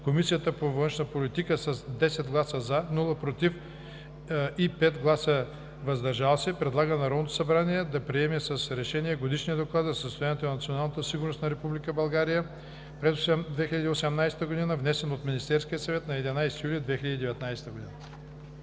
Комисията по външна политика с 10 гласа „за“, без „против“ и 5 гласа „въздържал се“ предлага на Народното събрание да приеме с решение Годишния доклад за състоянието на националната сигурност на Република България през 2018 г., внесен от Министерския съвет на 11 юли 2019 г.“